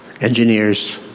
engineers